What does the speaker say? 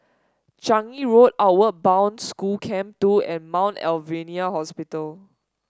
Changi Road Outward Bound School Camp Two and Mount Alvernia Hospital